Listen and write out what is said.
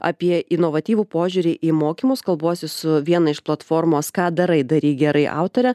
apie inovatyvų požiūrį į mokymus kalbuosi su viena iš platformos ką darai daryk gerai autore